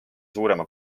suurema